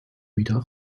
wieder